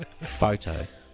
Photos